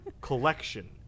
Collection